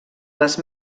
les